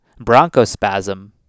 bronchospasm